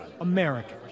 American